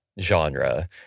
genre